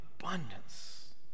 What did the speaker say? abundance